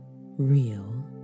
real